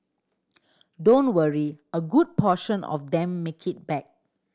don't worry a good portion of them make it back